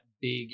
big